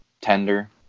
tender